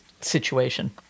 situation